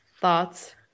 thoughts